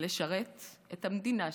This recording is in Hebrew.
לשרת את המדינה שלי,